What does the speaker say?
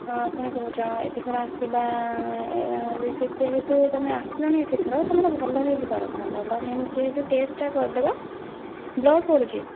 ପୁଣି କହୁଛ ଏତେ ଥର ଆସିବା ଯେହେତୁ ତମେ ଆସିଲଣି ଏତେ ଥର ତମର ଭଲ ହେଇଯିବା କଥା ଭଲ ହେଇନି ଯେହେତୁ ଟେଷ୍ଟ୍ଟା କରିଦେବା ବ୍ଲଡ୍ ପଡୁଛି